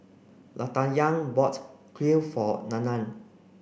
Latanya bought Kuih for Nana